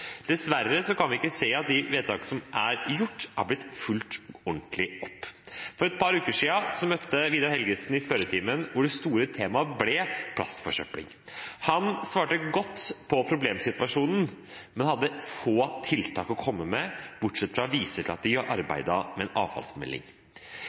se at de vedtak som er gjort, har blitt fulgt ordentlig opp. For et par uker siden møtte Vidar Helgesen i spørretimen, hvor det store temaet ble plastforsøpling. Han svarte godt på problemsituasjonen, men hadde få tiltak å komme med, bortsett fra å vise til at de